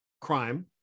crime